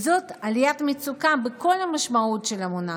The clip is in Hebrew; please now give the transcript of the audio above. וזאת עליית מצוקה בכל המשמעות של המונח,